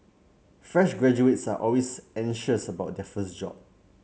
fresh graduates are always anxious about their first job